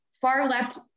far-left